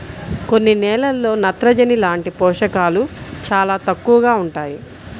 కొన్ని నేలల్లో నత్రజని లాంటి పోషకాలు చాలా తక్కువగా ఉంటాయి